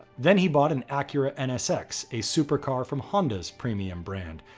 then he bought an accurate nsx, a supercar from honda's premium brand,